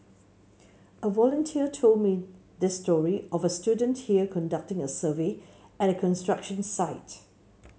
a volunteer told me this story of a student here conducting a survey at a construction site